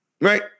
Right